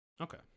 okay